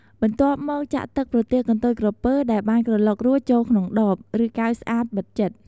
បន្ទាប់់មកចាក់ទឹកប្រទាលកន្ទុយក្រពើដែលបានក្រឡុករួចចូលក្នុងដប ឬកែវស្អាតបិទជិត។